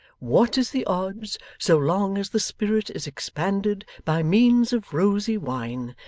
what is the odds so long as the spirit is expanded by means of rosy wine,